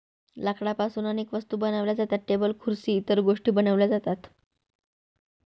लाकडापासून अनेक वस्तू बनवल्या जातात, टेबल खुर्सी इतर गोष्टीं बनवल्या जातात